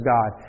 God